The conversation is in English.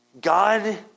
God